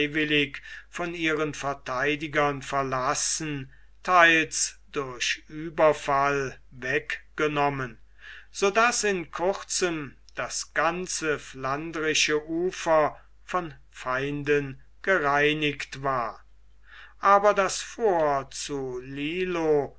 von ihren verteidigern verlassen theils durch ueberfall weggenommen so daß in kurzem das ganze flandrische ufer von feinden gereinigt war aber das fort zu lillo